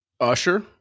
Usher